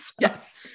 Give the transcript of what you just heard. Yes